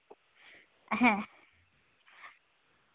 ᱦᱮᱸ